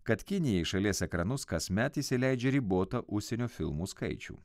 kad kinija į šalies ekranus kasmet įsileidžia ribotą užsienio filmų skaičių